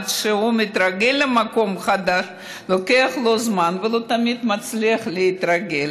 עד שהוא מתרגל למקום חדש לוקח לו זמן ולא תמיד מצליח להתרגל.